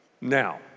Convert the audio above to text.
now